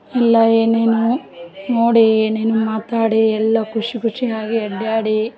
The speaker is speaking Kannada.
ಎಲ್ಲ ಏನೇನು ನೋಡಿ ಏನೇನು ಮಾತಾಡಿ ಎಲ್ಲ ಖುಷಿ ಖುಷಿಯಾಗಿ ಅಡ್ಡಾಡಿ